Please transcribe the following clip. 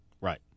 Right